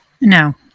No